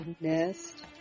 Nest